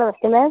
नमस्ते मैम